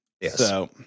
Yes